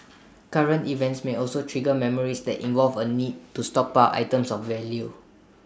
current events may also trigger memories that involve A need to stockpile items of value